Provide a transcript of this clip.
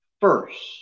first